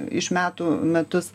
iš metų metus